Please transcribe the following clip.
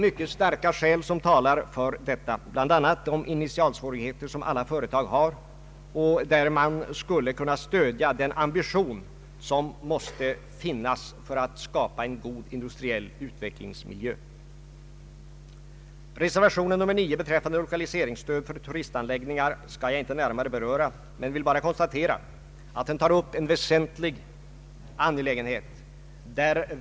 Mycket starka skäl talar för detta, bl.a. de initialsvårigheter som alla företag har och där man skulle kunna stödja den ambition som måste finnas för att det skall vara möjligt att skapa en god industriell utvecklingsmiljö. Reservation 9 beträffande lokaliseringsstöd för turistanläggningar skall jag inte närmare beröra men vill bara konstatera att den tar upp en väsentlig angelägenhet.